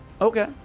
Okay